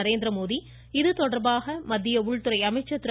நரேந்திரமோடி இதுதொடர்பாக மத்திய உள்துறை அமைச்சர் திரு